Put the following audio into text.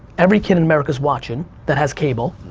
every kid in america is watching that has cable,